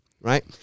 right